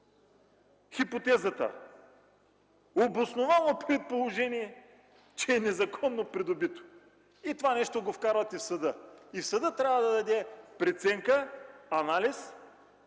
хипотезата „обосновано предположение, че е незаконно придобито”. И това нещо го вкарвате в съда. И съдът трябва да даде преценка, анализ